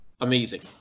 amazing